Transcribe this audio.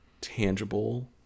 tangible